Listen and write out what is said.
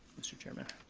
mr. chairman.